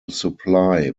supply